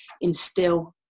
instill